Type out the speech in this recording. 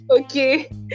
okay